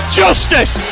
justice